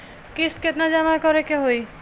किस्त केतना जमा करे के होई?